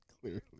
Clearly